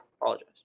Apologize